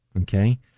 okay